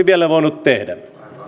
vielä voinut tehdä